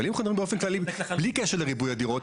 אבל אם אנחנו מדברים באופן כללי בלי קשר לריבוי הדירות,